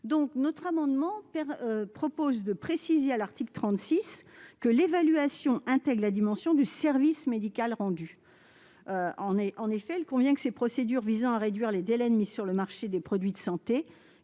cet amendement, il s'agit donc de préciser à l'article 36 que l'évaluation intègre la dimension du service médical rendu. En effet, il convient que les procédures visant à réduire les délais de mise sur le marché des produits de santé